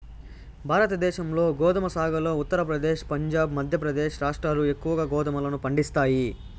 భారతదేశంలో గోధుమ సాగులో ఉత్తరప్రదేశ్, పంజాబ్, మధ్యప్రదేశ్ రాష్ట్రాలు ఎక్కువగా గోధుమలను పండిస్తాయి